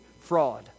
fraud